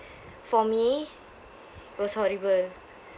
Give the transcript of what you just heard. for me was horrible